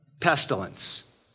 pestilence